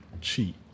cheat